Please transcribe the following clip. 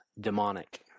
demonic